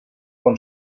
bon